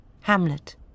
Hamlet